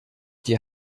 dir